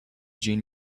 jean